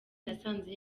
nasanze